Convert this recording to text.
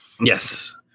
Yes